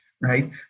right